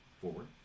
forward